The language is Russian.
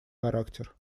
характер